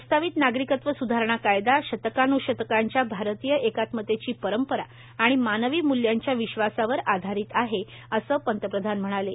प्रस्तावित नागरिकत्व स्धारणा कायदा शतकान्शतकांच्या भारतीय एकात्मतेची परंपरा आणि मानवी मूल्यांच्या विश्वासावर आधारित आहे असं पंतप्रधानांनी म्हटलं आहे